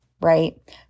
right